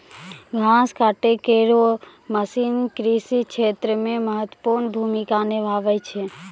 घास काटै केरो मसीन कृषि क्षेत्र मे महत्वपूर्ण भूमिका निभावै छै